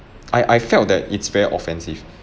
I I felt that it's very offensive